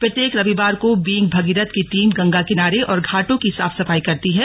प्रत्येक रविवार को बीइंग भगीरथ की टीम गंगा किनारे और घाटों की साफ सफाई करती है